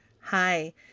Hi